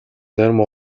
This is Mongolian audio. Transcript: зарим